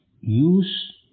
use